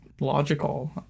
logical